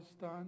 done